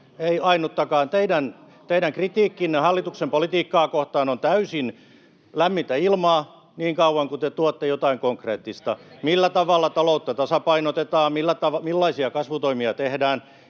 ei ainuttakaan. Teidän kritiikkinne hallituksen politiikkaa kohtaan on täysin lämmintä ilmaa, niin kauan kunnes te tuotte jotain konkreettista, millä tavalla taloutta tasapainotetaan, millaisia kasvutoimia tehdään.